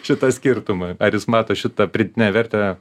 šitą skirtumą ar jis mato šitą pridėtinę vertę